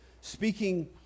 speaking